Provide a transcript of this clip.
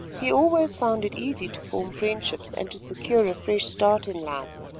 he always found it easy to form friendships and to secure a fresh start in life.